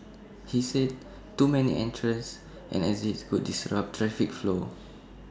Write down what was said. he said too many entrances and exits could disrupt traffic flow